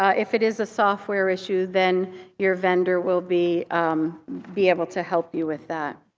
ah if it is a software issue, then your vendor will be be able to help you with that.